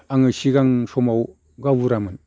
आङो सिगां समाव गावबुरामोन